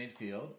midfield